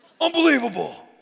unbelievable